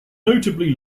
notably